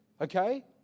okay